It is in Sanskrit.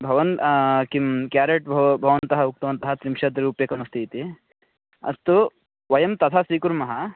भवन्तः किं क्यारेट् भो भवन्तः उक्तवन्तः त्रिंशत् रुप्यकम् अस्ति इति अस्तु वयं तथा स्वीकुर्मः